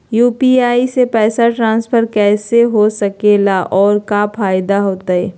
UPI से पैसा transfer कैसे हो सके ला और का फायदा होएत?